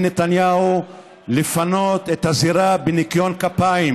נתניהו לפנות את הזירה בניקיון כפיים,